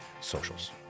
socials